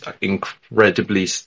incredibly